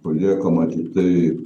paliekama tiktai